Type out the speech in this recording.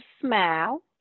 SMILE